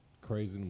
Crazy